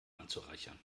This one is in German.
anzureichern